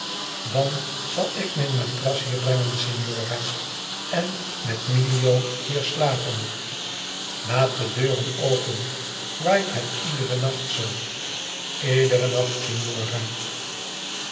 dan zal ik mijn matras hier brengen signora en met milio hier slapen laat de deuren open waait het iederen nacht zoo iederen nacht